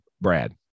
Brad